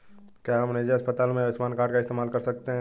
क्या हम निजी अस्पताल में आयुष्मान कार्ड का इस्तेमाल कर सकते हैं?